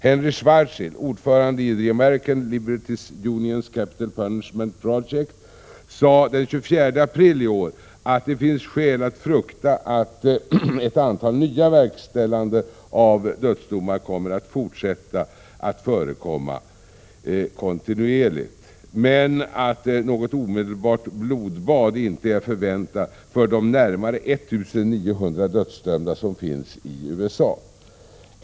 Henry Schwarzschild, ordförande i The American Civil Liberties Union's Capital Punishment Project, sade den 24 april i år att det finns skäl att frukta att ett antal nya verkställanden av dödsdomar kommer att fortsätta att förekomma kontinuerligt men att något omedelbart blodbad inte är att vänta för de närmare 1 900 dödsdömda som finns i USA.